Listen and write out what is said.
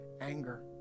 anger